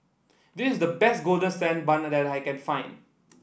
this is the best Golden Sand Bun that I can find